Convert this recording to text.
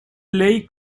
play